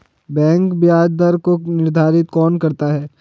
Bank ब्याज दर को निर्धारित कौन करता है?